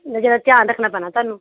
ਇਹਦਾ ਜਰਾ ਧਿਆਨ ਰੱਖਣਾ ਪੈਣਾ ਤੁਹਾਨੂੰ